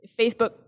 Facebook